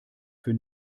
für